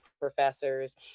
professors